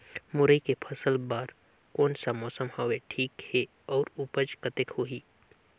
मुरई के फसल बर कोन सा मौसम हवे ठीक हे अउर ऊपज कतेक होही?